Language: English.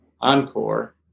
Encore